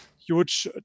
huge